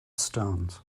stones